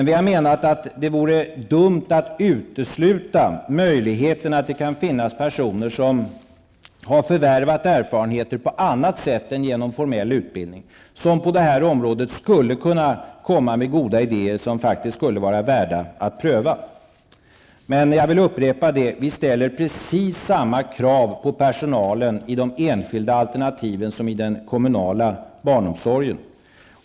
Vi har menat att det vore dumt att utesluta möjligheterna att det kan finnas personer som har förvärvat erfarenheter på annat sätt än genom formell utbildning på det här området och skulle kunna komma med goda idéer som faktiskt kan vara värda att pröva. Jag vill upprepa: Vi ställer precis samma krav på personalen i de enskilda alternativen som i den kommunala barnomsorgen.